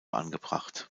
angebracht